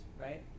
right